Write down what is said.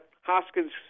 Hoskins